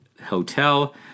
hotel